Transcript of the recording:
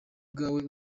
bwawe